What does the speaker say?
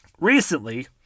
Recently